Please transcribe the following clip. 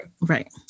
Right